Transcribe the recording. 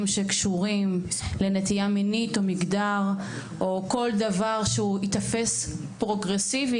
שקשורים לנטייה מינית או מגדר או כל דבר שייתפס פרוגרסיבי